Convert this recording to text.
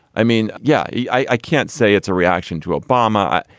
i mean yeah yeah i can't say it's a reaction to obama.